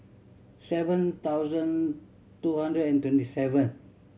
seven thousand two hundred and twenty seven